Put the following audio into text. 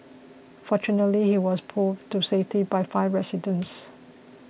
fortunately he was pulled to safety by five residents